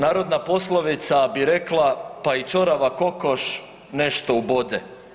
Narodna poslovica bi rekla „pa i ćorava kokoš nešto ubode.